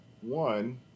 One